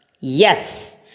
Yes